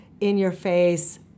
in-your-face